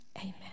Amen